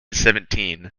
seventeen